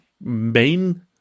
main